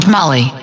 Molly